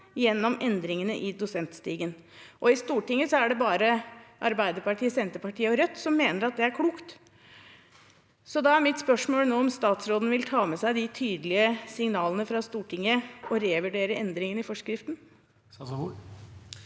gjennom endringene i dosentstigen. I Stortinget er det bare Arbeiderpartiet, Senterpartiet og Rødt som mener at det er klokt. Da er mitt spørsmål om statsråden vil ta med seg de tydelige signalene fra Stortinget og revurdere endringene i forskriften.